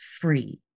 free